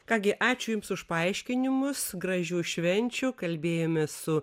ką gi ačiū jums už paaiškinimus gražių švenčių kalbėjomės su